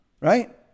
right